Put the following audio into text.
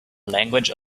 language